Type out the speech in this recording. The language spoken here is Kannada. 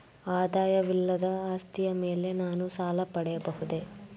ಆದಾಯವಿಲ್ಲದ ಆಸ್ತಿಯ ಮೇಲೆ ನಾನು ಸಾಲ ಪಡೆಯಬಹುದೇ?